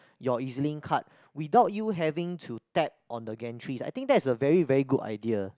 your Ezlink card without you having to tap on the gantry I think that's a very very good idea